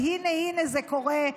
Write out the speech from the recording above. שהינה הינה זה קורה,